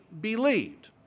believed